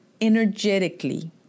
energetically